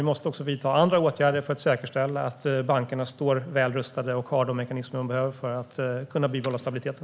Vi måste också vidta andra åtgärder för att säkerställa att bankerna står väl rustade och har de mekanismer de behöver för att kunna bibehålla stabiliteten.